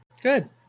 good